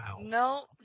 No